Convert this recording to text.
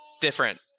different